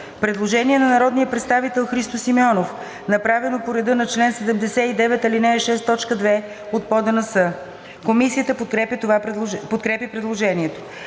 Предложение на народния представител Христо Симеонов, направено по реда на чл. 79, ал. 6, т. 2 от ПОДНС. Комисията подкрепя предложението.